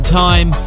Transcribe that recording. time